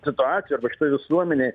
situacijoj arba šitoj visuomenėj